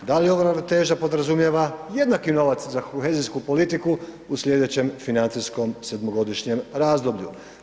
Da li ova ravnoteža podrazumijeva jednaki novac za kohezijsku politiku u sljedećem financijskom 7.-godišnjem razdoblju.